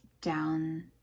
down